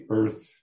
earth